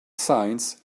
signs